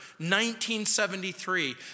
1973